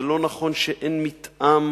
זה לא נכון שאין מתאם